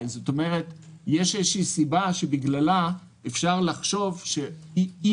יש איזו סיבה שבגללה אפשר לחשוב שאי